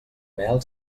mel